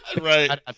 Right